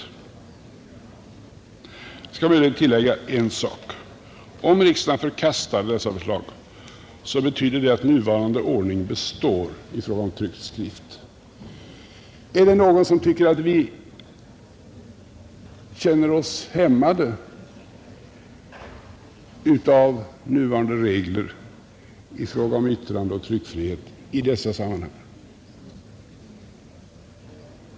Jag skall möjligen göra ett tillägg, nämligen att om riksdagen skulle förkasta dessa förslag, skulle det betyda att den nuvarande ordningen består i fråga om tryckt skrift. Är det någon som tycker att vi känner oss hämmade av nuvarande regler i fråga om yttrandeoch tryckfrihet i dessa sammanhang?